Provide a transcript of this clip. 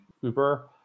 Uber